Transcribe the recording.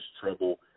trouble